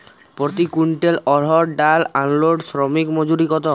প্রতি কুইন্টল অড়হর ডাল আনলোডে শ্রমিক মজুরি কত?